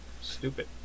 stupid